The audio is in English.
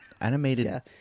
Animated